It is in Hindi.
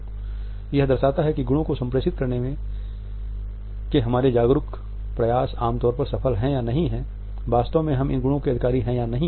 तो यह दर्शाता है कि गुणों को संप्रेषित करने के हमारे जागरूक प्रयास आमतौर पर सफल हैं या नहीं या वास्तव में हम इन गुणों के अधिकारी हैं या नहीं